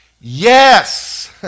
Yes